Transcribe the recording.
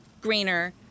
greener